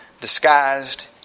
disguised